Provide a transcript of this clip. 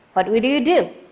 what would you do?